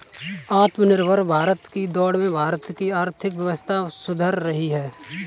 आत्मनिर्भर भारत की दौड़ में भारत की आर्थिक व्यवस्था सुधर रही है